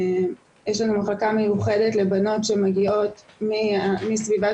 יש לנו מחלקה מיוחדת לבנות שמגיעות מסביבת